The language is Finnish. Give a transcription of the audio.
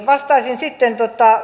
vastaisin sitten